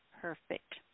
Perfect